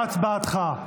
מה הצבעתך?